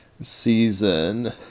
season